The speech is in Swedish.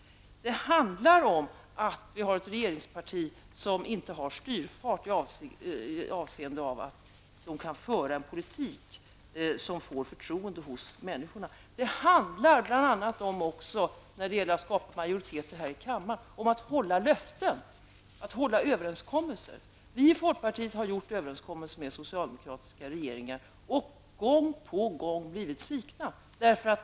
Det handlar om att vi har ett regeringsparti som inte har sådan styrfart att det kan föra en politik som får förtroende hos människorna. Det handlar också, när det gäller att skapa majoriteter här i kammaren, om att hålla överenskommelser. Vi i folkpartiet har träffat överenskommelser med socialdemokratiska regeringar och gång på gång blivit svikna.